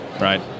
right